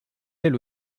ailes